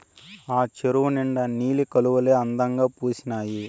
ఆ చెరువు నిండా నీలి కలవులే అందంగా పూసీనాయి